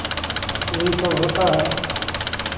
यही सब होता है